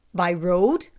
by road?